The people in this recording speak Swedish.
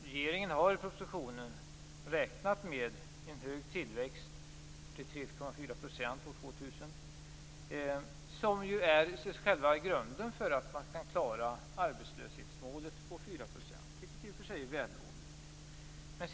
Regeringen har i propositionen räknat med en hög tillväxt - 3,4 % år 2000 - vilket ju är själva grunden för att man skall klara att uppnå målet att sänka arbetslösheten till 4 %, något som i och för sig är vällovligt.